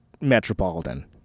metropolitan